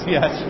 Yes